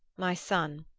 my son,